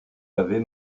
avez